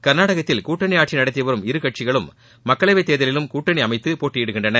கர்நாடகத்தில் கூட்டணி ஆட்சி நடத்தி வரும் இரு கட்சிகளும் மக்களவைத் தேர்தலிலும் கூட்டணி அமைத்து போட்டியிடுகின்றன